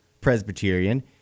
Presbyterian